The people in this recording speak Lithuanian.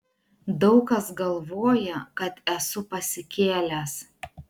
daug kas galvoja kad esu pasikėlęs